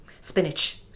spinach